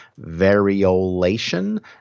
variolation